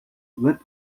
web